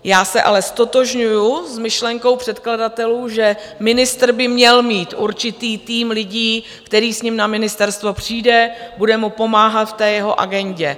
Já se ale ztotožňuji s myšlenkou předkladatelů, že ministr by měl mít určitý tým lidí, který s ním na ministerstvo přijde, bude mu pomáhat v té jeho agendě.